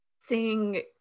seeing